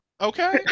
okay